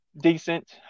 decent